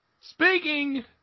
Speaking